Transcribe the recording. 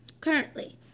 Currently